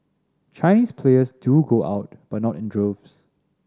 Chinese players do go out but not in droves